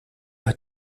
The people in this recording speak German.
hat